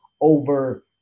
over